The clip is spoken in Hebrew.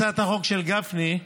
הצעת החוק של גפני,